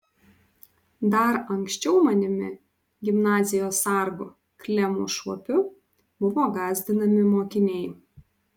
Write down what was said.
dar anksčiau manimi gimnazijos sargu klemu šuopiu buvo gąsdinami mokiniai